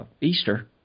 Easter